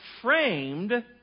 framed